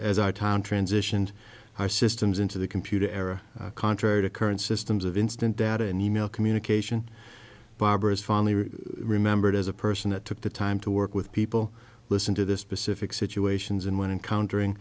as our town transitioned our systems into the computer era contrary to current systems of instant data and e mail communication barbara's family remembered as a person that took the time to work with people listen to this specific situations and when encountering